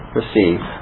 receive